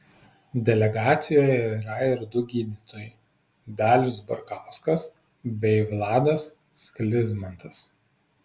delegacijoje yra ir du gydytojai dalius barkauskas bei vladas sklizmantas